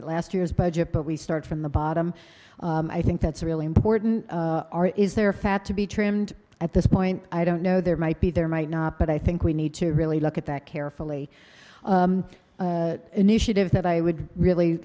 at last year's budget but we start from the bottom i think that's really important is there fat to be trimmed at this point i don't know there might be there might not but i think we need to really look at that carefully initiative that i would really